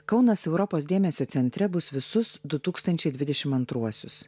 kaunas europos dėmesio centre bus visus du tūkstančiai dvidešim antruosius